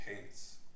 hates